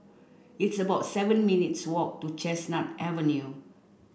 it's about seven minutes' walk to Chestnut Avenue